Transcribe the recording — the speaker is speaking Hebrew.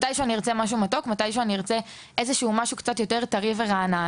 מתי שהוא אני ארצה משהו מתוק או משהו קצת יותר טרי ורענן,